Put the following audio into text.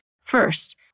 First